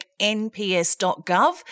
nps.gov